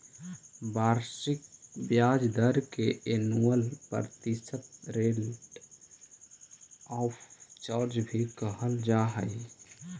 वार्षिक ब्याज दर के एनुअल प्रतिशत रेट ऑफ चार्ज भी कहल जा हई